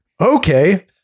okay